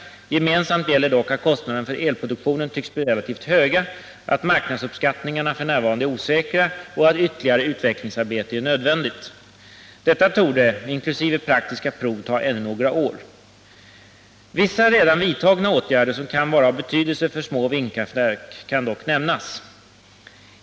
Gemensamt gäller dock att kostnaderna för elproduktionen tycks bli relativt höga, att marknadsuppskattningarna f. n. är osäkra och att ytterligare utvecklingsarbete är nödvändigt. Detta torde, inkl. praktiska prov, ta ännu några år. Vissa redan vidtagna åtgärder som kan vara av betydelse för små vindkraftverk kan dock nämnas.